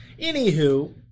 Anywho